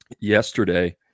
yesterday